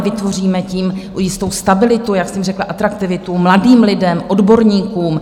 Vytvoříme tím jistou stabilitu, jak jsem řekla, atraktivitu mladým lidem, odborníkům.